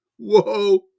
Whoa